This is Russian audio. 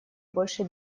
больше